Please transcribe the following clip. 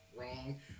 Wrong